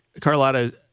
Carlotta